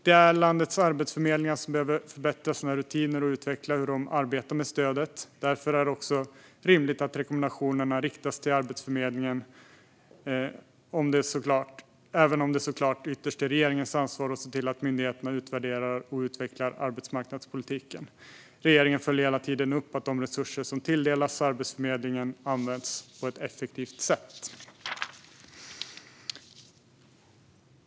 Det är landets arbetsförmedlingar som behöver förbättra sina rutiner och utveckla hur de arbetar med stödet. Därför är det också rimligt att rekommendationerna riktas till Arbetsförmedlingen, även om det såklart ytterst är regeringens ansvar att se till att myndigheterna utvärderar och utvecklar arbetsmarknadspolitiken. Regeringen följer hela tiden upp att de resurser som tilldelas Arbetsförmedlingen används på ett effektivt sätt.